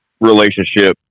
relationship